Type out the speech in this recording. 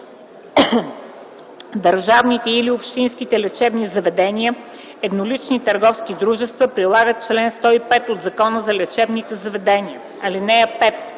Държавните или общинските лечебни заведения - еднолични търговски дружества, прилагат чл. 105 от Закона за лечебните заведения. (5)